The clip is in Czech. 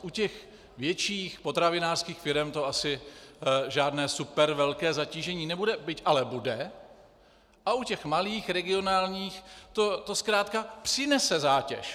U větších potravinářských firem to asi žádné supervelké zatížení nebude, byť ale bude, a u malých regionálních to zkrátka přinese zátěž.